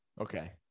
Okay